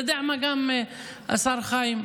אתה יודע מה, השר חיים?